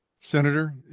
Senator